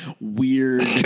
weird